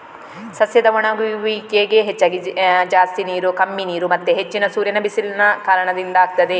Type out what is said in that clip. ಸಸ್ಯದ ಒಣಗುವಿಕೆಗೆ ಹೆಚ್ಚಾಗಿ ಜಾಸ್ತಿ ನೀರು, ಕಮ್ಮಿ ನೀರು ಮತ್ತೆ ಹೆಚ್ಚಿನ ಸೂರ್ಯನ ಬಿಸಿಲಿನ ಕಾರಣದಿಂದ ಆಗ್ತದೆ